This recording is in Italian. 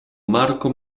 marco